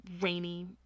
rainy